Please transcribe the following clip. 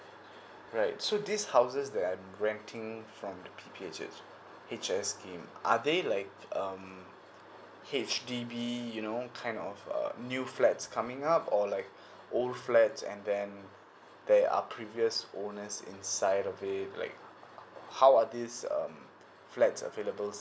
right so these houses that I'm renting from the P_P_H_S scheme are they like um H_D_B you know kind of uh new flats coming up or like old flats and then there are previous owner's inside of it like how are these um flats availables